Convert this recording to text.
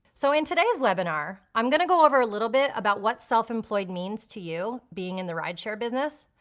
so in today's webinar i'm gonna go over a little bit about what self-employed means to you being in the rideshare business.